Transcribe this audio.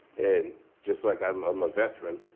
and just like, i'm a veteran,